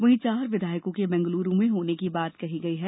वहीं चार विधायकों के बेंगलुरू में होने की बात कही गई है